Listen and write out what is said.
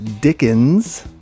Dickens